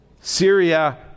Syria